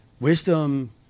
Wisdom